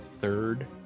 third